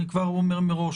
אני כבר אומר מראש,